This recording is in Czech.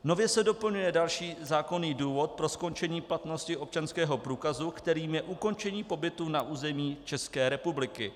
Nově se doplňuje další zákonný důvod pro skončení platnosti občanského průkazu, kterým je ukončení pobytu na území České republiky.